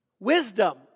Wisdom